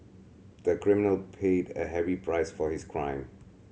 the criminal paid a heavy price for his crime